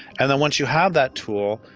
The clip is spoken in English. and then once you have that tool,